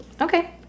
Okay